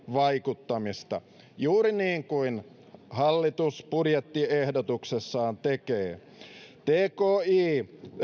vaikuttamista juuri niin kuin hallitus budjettiehdotuksessaan tekee myös tki